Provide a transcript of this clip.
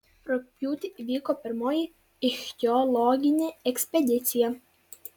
rugpjūtį įvyko pirmoji ichtiologinė ekspedicija